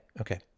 okay